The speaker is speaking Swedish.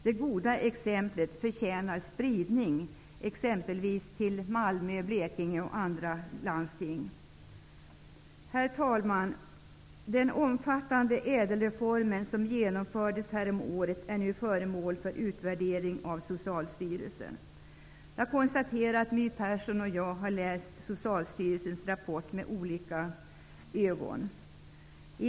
Det goda exemplet förtjänar spridning, exempelvis till Malmö, Blekinge och andra landsting. Herr talman! Den omfattande ÄDEL-reformen som genomfördes häromåret är nu föremål för utvärdering av Socialstyrelsen. Jag konstaterar att My Persson och jag har läst Socialstyrelsens rapport med olika ögon.